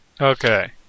Okay